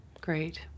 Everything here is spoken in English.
Great